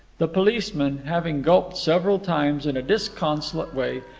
the policeman, having gulped several times in a disconsolate way,